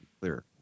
clear